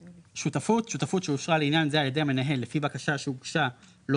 "שותפות" שותפות שאושרה לעניין זה על ידי המנהל לפי בקשה שהוגשה לא